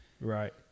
right